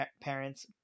Parents